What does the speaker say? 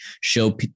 show